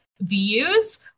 views